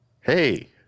Hey